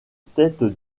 tête